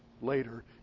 Later